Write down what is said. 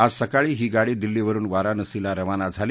आज सकाळी ही गाडी दिल्लीवरुन वाराणसीला रवाना झाली